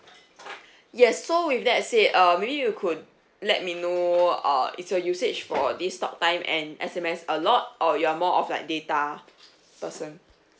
yes so with that said uh maybe you could let me know uh is your usage for this talk time and S_M_S a lot or you are more of like data person